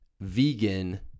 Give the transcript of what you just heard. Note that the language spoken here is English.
vegan